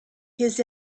his